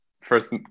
first